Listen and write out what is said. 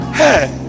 hey